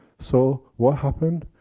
so what happened,